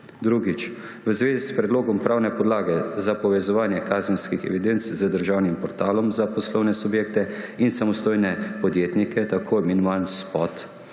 Drugič. V zvezi s predlogom pravne podlage za povezovanje kazenskih evidenc z državnim portalom za poslovne subjekte in samostojne podjetnike, tako imenovani spot,